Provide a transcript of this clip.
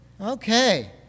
Okay